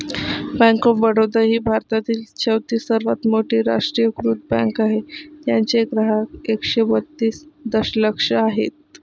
bank of Baroda ही भारतातील चौथी सर्वात मोठी राष्ट्रीयीकृत बँक आहे ज्याचे ग्राहक एकशे बत्तीस दशलक्ष आहेत